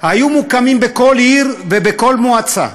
היו מוקמים בכל עיר ובכל מועצה,